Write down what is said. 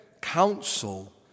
counsel